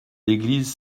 l’église